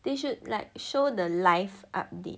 they should like show the live update